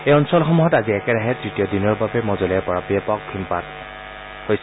এই অঞ্চলসমূহত আজি একেৰাহে তৃতীয় দিনৰ বাবে মজলীয়াৰ পৰা ব্যাপক হিমপাত হৈছে